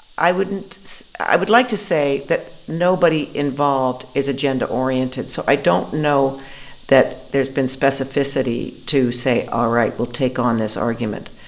wouldn't i would like to say that nobody involved is agenda-oriented, so i don't know that there's been specificity to say, all right, we'll take on this argument.